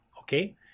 Okay